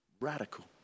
radical